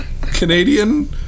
Canadian